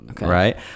right